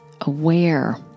aware